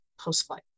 post-flight